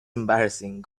embarrassing